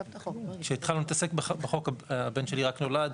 וכשהתחלנו להתעסק בחוק הבן שלי רק נולד,